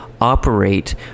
operate